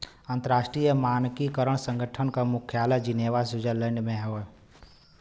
अंतर्राष्ट्रीय मानकीकरण संगठन क मुख्यालय जिनेवा स्विट्जरलैंड में हौ